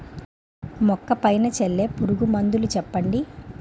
మొక్క పైన చల్లే పురుగు మందులు చెప్పండి?